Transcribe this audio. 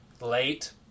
late